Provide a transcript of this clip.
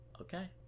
Okay